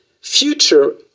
future